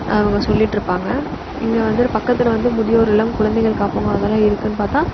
அவங்க சொல்லிட்டு இருப்பாங்க இங்கே வந்துட்டு பக்கத்தில் வந்து முதியோர் இல்லம் குழந்தைகள் காப்பகம் அதெல்லாம் இருக்குதுன்னு பார்த்தா